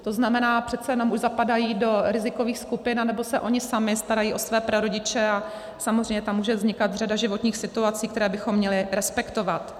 To znamená, přece jen už zapadají do rizikových skupin, nebo se oni sami starají o své prarodiče a samozřejmě tam může vznikat řada životních situací, které bychom měli respektovat.